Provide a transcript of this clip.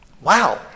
Wow